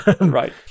Right